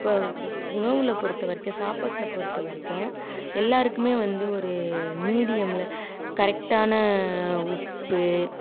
இப்போ உணவில் பொருத்தவரைக்கும் சாப்பாட்டில் பொருத்தவரைக்கும் எல்லாருக்குமே வந்து ஒரு மீடியமில் கரெக்ட்டான உப்பு